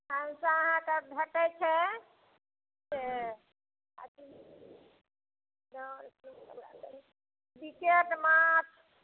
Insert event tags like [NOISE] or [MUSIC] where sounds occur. तखनसँ अहाँकेँ भेटै छै से अथी [UNINTELLIGIBLE] बिकेट माछ